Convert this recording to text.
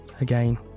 Again